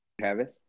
Travis